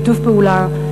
בשיתוף פעולה,